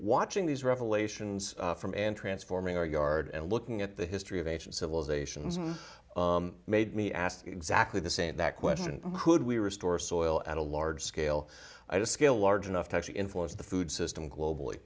watching these revelations from an transforming our yard and looking at the history of ancient civilizations made me ask exactly the same that question could we restore soil at a large scale i described a large enough to actually influence the food system globally